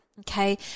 Okay